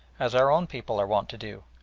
as our own people are wont to do.